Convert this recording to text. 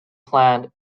planned